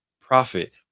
profit